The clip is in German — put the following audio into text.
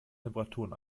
temperaturen